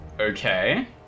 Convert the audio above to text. Okay